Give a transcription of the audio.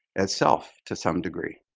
itself to some degree.